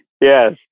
Yes